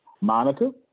Monica